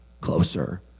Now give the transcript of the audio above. closer